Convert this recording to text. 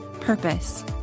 purpose